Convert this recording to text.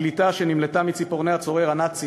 הפליטה שנמלטה מציפורני הצורר הנאצי,